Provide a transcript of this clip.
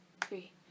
Three